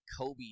Kobe